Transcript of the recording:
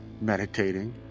Meditating